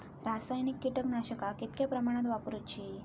रासायनिक कीटकनाशका कितक्या प्रमाणात वापरूची?